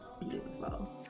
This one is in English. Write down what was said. beautiful